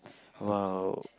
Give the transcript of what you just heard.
!wow!